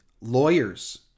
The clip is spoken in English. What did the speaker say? Lawyers